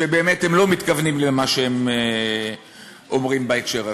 שבאמת הם לא מתכוונים למה שהם אומרים בהקשר הזה.